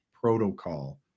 protocol